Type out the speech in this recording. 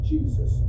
Jesus